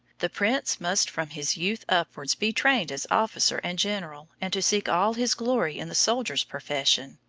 the prince must from his youth upwards be trained as officer and general, and to seek all his glory in the soldier's profession,